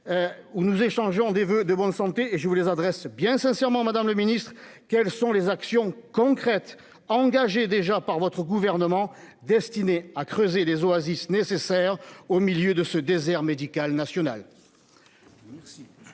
Où nous échangeons des voeux de bonne santé et je vous les adresses bien sincèrement Madame le Ministre quelles sont les actions concrètes engagées déjà par votre gouvernement destiné à creuser des oasis nécessaires au milieu de ce désert médical national.